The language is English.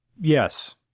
Yes